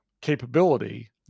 capability